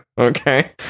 Okay